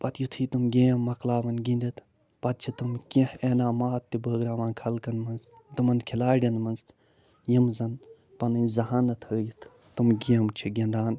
پتہٕ یُتھٕے تِم گیم مَکلاوَن گِنٛدِتھ پتہٕ چھِ تِم کیٚنہہ اعنامات تہِ بٲگراوان خلقَن منٛز تِمَن کھلاڑٮ۪ن منٛز یِم زَنہٕ پَنٕنۍ ذہانَت ہٲیِتھ تِم گیمہٕ چھِ گِنٛدان